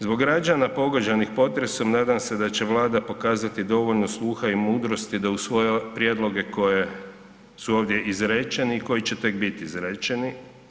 Zbog građana pogođenih potresom nadam se da će Vlada pokazati dovoljno sluha i mudrosti da u svoje prijedloge koje su ovdje izrečeni i koji će tek biti izrečeni.